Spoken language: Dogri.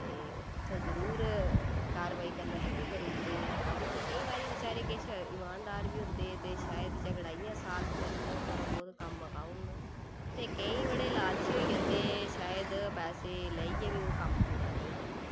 ते उत्थै जरूर कारवाई करना शुरू करूड़दे केईं बारीं बेचारे किश ईमानदार बी होंदे ते शायद झगड़ा इ'यां सालव करून ओह् थोह्ड़ा बौह्त कम्म मकाउड़न ते केईं बड़े लालची होई जंदे शायद पैसे लेइयै बी ओह् कम्म पूरा नेईं करन